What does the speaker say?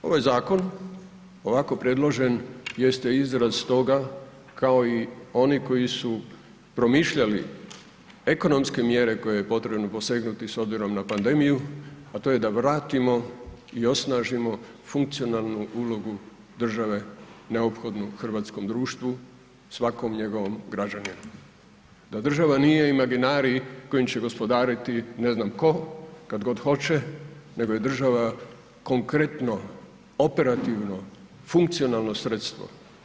Ovaj zakon ovako predložen jeste izraz toga kao i oni koji su promišljali ekonomske mjere koje je potrebno posegnuti s obzirom na pandemiju, la to je da vratimo i osnažimo funkcionalnu ulogu države neophodnu hrvatskom društvu, svakom njegovom građaninu, da država nije imaginarij kojim će gospodariti ne znam tko, kad god hoće nego je država konkretno, operativno, funkcionalno sredstvo.